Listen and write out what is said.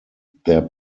their